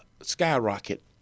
skyrocket